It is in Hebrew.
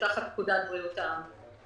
שנמצאות תחת פקודת בריאות העם.